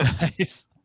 Nice